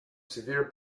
severe